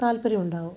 താത്പര്യം ഉണ്ടാകും